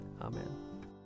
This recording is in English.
Amen